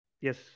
Yes